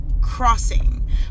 crossing